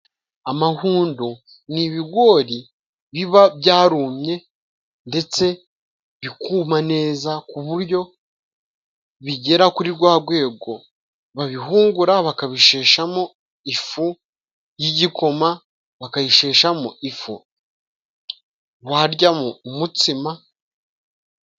Amahundo n'ibigori biba byarumye, ndetse bikuma neza, ku buryo bigera, kuri rwa rwego, babihungura bakabisheshamo ifu y'igikoma, bakabisheshamo ifu baryamo umutsima.